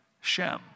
Shem